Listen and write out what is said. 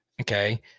Okay